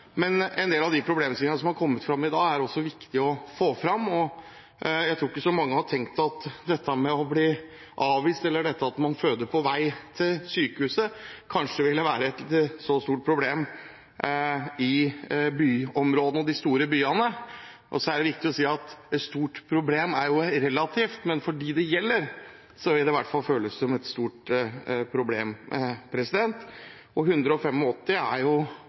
Men en del av de problemstillingene som har kommet fram i dag, er også viktige å få fram. Jeg tror ikke så mange har tenkt at det å bli avvist eller det å føde på vei til sykehuset, kanskje ville være et så stort problem i byområdene og i de store byene. Det er viktig å si at et stort problem er jo relativt, men for dem det gjelder, vil det i hvert fall føles som et stort problem. Og 185 som har blitt avvist, er